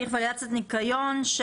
הניקיון.